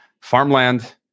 farmland